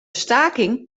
staking